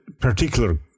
particular